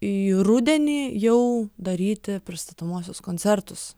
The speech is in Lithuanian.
į rudenį jau daryti pristatomuosius koncertus